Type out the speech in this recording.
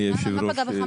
מה פגע בך?